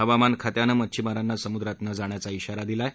हवामान खात्यानं मच्छिमाराना समुद्रात न जाण्याचा ब्राारा दिला आहे